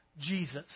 Jesus